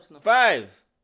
five